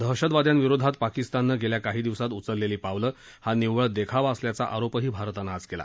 दहशतवाद्यांविरोधात पाकिस्ताननं गेल्या काही दिवसात उचललेली पावलं हा निव्वळ देखावा असल्याचा आरोपही भारतानं आज केला